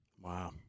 Wow